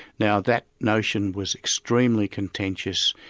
now that notion was extremely contentious,